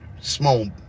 small